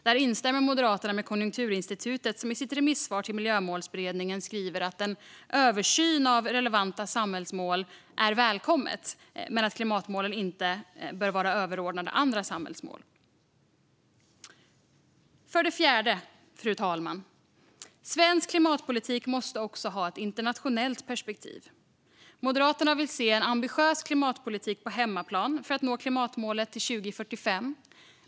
Här instämmer Moderaterna med Konjunkturinstitutet, som i sitt remissvar till Miljömålsberedningen skriver att en översyn av relevanta samhällsmål är välkommet men att klimatmålen inte bör vara överordnade andra samhällsmål. För det fjärde, fru talman, måste svensk klimatpolitik också ha ett internationellt perspektiv. Moderaterna vill se en ambitiös klimatpolitik på hemmaplan för att nå klimatmålet till 2045.